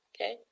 Okay